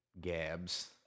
Gab's